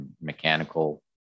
mechanical